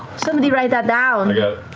somebody write that down.